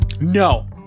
No